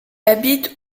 habite